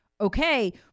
Okay